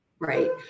Right